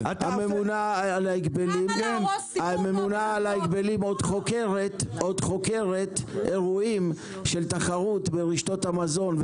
הממונה על ההגבלים עוד חוקרת אירועים של תחרות ברשתות המזון,